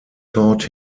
taught